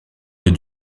les